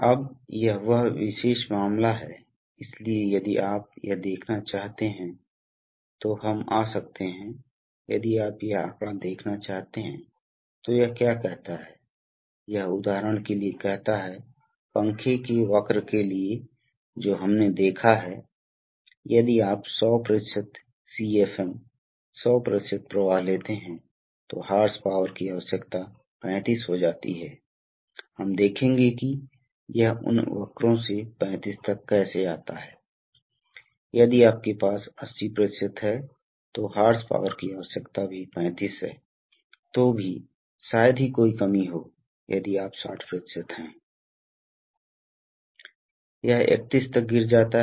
इसलिए जैसा कि मैंने कहा कि हवा की मात्रा के तेजी से वितरण के लिए दबाव वाली हवा की ओर है और यह एक कपैसिटर की तरह है कुछ हद तक अगर आप एक विद्युत सादृश्य की सराहना करते हैं तो आपूर्ति के लिए अचानक बड़ी धाराओं की आपूर्ति करने पर बिना वोल्टेज गिराए हम सभी हम हमेशा एक बड़े कपैसिटर को एक बिजली की आपूर्ति के माध्यम से कनेक्ट करें क्योंकि कपैसिटर बहुत अधिक विद्युत धारा प्रवाह कर सकता है और इसलिए मेरा मतलब है कि जब तक इसके पास विद्युत आपूर्ति का चार्ज है इसलिए आमतौर पर कपैसिटर को सर्किट आउटपुट में चार्ज किया जाता है